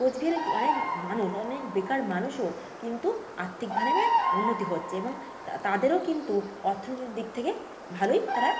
কোচবিহারে অনেক মানুষ অনেক বেকার মানুষও কিন্তু আর্থিকভাবে উন্নতি হচ্ছে এবং তাদেরও কিন্তু অর্থনৈতিক দিক থেকে ভালোই তারা